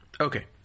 Okay